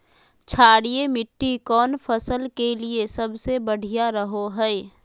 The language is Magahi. क्षारीय मिट्टी कौन फसल के लिए सबसे बढ़िया रहो हय?